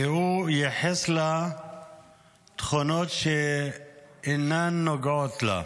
והוא ייחס לה תכונות שאינן נוגעות לה.